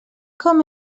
com